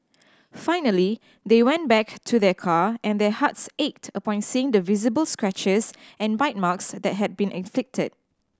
finally they went back to their car and their hearts ached upon seeing the visible scratches and bite marks that had been inflicted